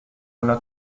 una